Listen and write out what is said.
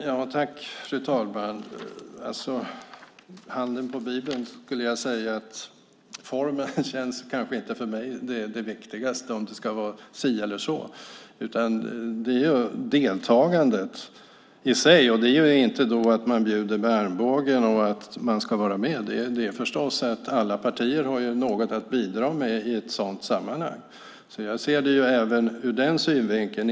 Fru ålderspresident! Med handen på Bibeln skulle jag säga att formen kanske inte känns som det viktigaste för mig. Det handlar om deltagandet i sig. Det är inte att man bjuder med armbågen. Alla partier har något att bidra med i ett sådant sammanhang. Jag ser det även ur den synvinkeln.